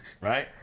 Right